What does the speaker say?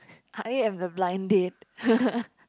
I'm the blind date